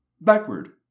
Backward